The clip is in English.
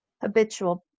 habitual